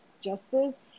justice